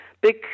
big